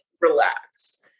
relax